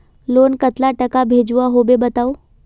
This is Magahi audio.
लोन कतला टाका भेजुआ होबे बताउ?